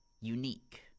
unique